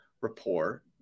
rapport